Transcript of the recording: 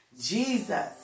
Jesus